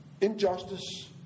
injustice